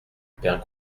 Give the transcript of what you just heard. père